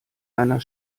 einer